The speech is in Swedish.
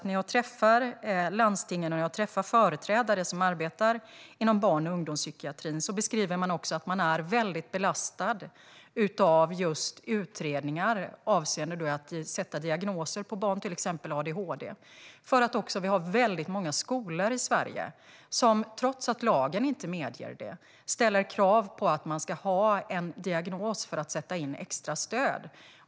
När jag träffar landstingen och företrädare som arbetar inom barn och ungdomspsykiatrin beskriver de också att de är väldigt belastade av utredningar avseende att sätta diagnoser på barn, till exempel adhd. Vi har nämligen väldigt många skolor i Sverige som, trots att lagen inte medger det, ställer krav på att man ska ha en diagnos för att det ska sättas in extra stöd.